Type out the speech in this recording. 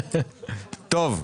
חברים,